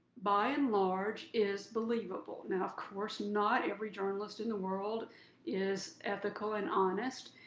by and large, is believable. now, of course, not every journalist in the world is ethical and honest,